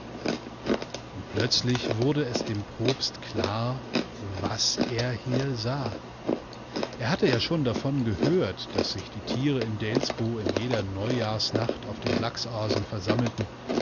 und plötzlich wurde es dem propst klar was er hier sah er hatte ja schon davon gehört daß sich die tiere in delsbo in jeder neujahrsnacht auf dem blacksaasen versammelten